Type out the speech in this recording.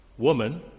Woman